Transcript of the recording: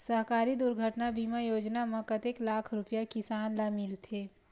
सहकारी दुर्घटना बीमा योजना म कतेक लाख रुपिया किसान ल मिलथे?